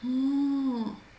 orh